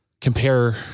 compare